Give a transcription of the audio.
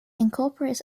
incorporates